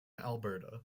alberta